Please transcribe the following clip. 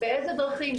באיזה דרכים,